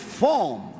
form